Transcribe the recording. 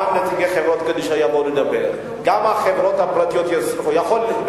גם נציגי חברות קדישא יבואו לדבר וגם החברות הפרטיות יצטרכו.